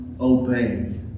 obey